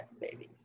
babies